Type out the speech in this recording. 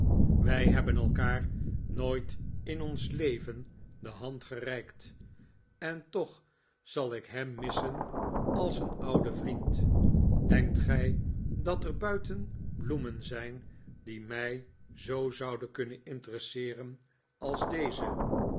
wij hebben elkaar nooit in ons leven de hand gereikt en toch zal ik hem missen als een ouden vriend denkt gij dat er buiten bloemen zijn die mij zoo zouden kunnen interesseeren als deze